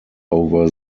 over